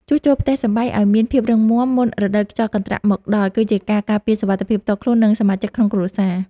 ជួសជុលផ្ទះសម្បែងឱ្យមានភាពរឹងមាំមុនរដូវខ្យល់កន្ត្រាក់មកដល់គឺជាការការពារសុវត្ថិភាពផ្ទាល់ខ្លួន និង សមាជិកក្នុងគ្រួសារ។